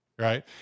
Right